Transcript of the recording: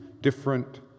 different